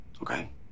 Okay